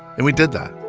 and we did that.